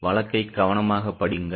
வழக்கைகவனமாகப்படியுங்கள்